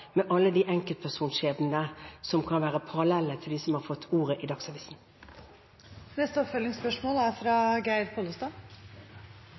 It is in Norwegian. med alle de enkeltpersonskjebnene som kan være parallelle til dem som har fått ordet i Dagsavisen? Geir Pollestad – til oppfølgingsspørsmål.